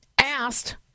asked